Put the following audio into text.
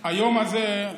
היום הזה,